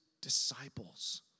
disciples